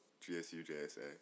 GSUJSA